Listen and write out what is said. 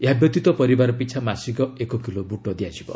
ଏହା ବ୍ୟତୀତ ପରିବାର ପିଛା ମାସିକ ଏକ କିଲୋ ବ୍ରଟ ଦିଆଯିବ